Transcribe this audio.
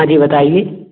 हाँ जी बताइए